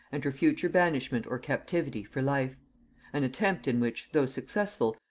and her future banishment or captivity for life an attempt in which, though successful,